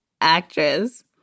actress